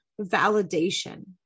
Validation